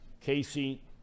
casey